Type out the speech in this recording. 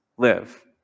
live